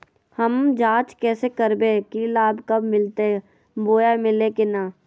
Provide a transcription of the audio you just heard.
हम जांच कैसे करबे की लाभ कब मिलते बोया मिल्ले की न?